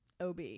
OB